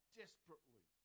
desperately